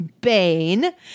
Bane